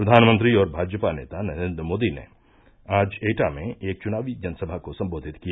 प्रधानमंत्री और भाजपा नेता नरेन्द्र मोदी ने आज एटा में एक चुनावी जनसभा को सम्बोधित किया